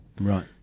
Right